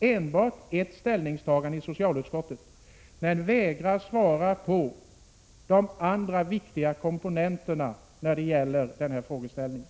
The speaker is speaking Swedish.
enbart till ett ställningstagande i socialutskottet och vägrar att ge besked då det gäller de andra viktiga komponenterna i denna frågeställning.